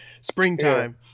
Springtime